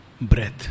breath